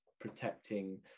protecting